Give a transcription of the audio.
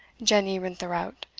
jenny rintherout,